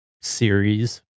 series